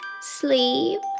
sleep